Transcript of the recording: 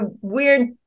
weird